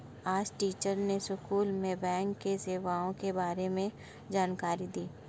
आज टीचर ने स्कूल में बैंक की सेवा के बारे में जानकारी दी